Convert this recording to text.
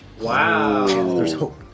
Wow